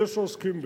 אלה שעוסקים בזה.